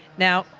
now,